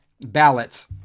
ballots